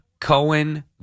Cohen